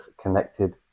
connected